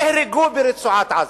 נהרגו ברצועת-עזה,